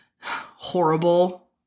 horrible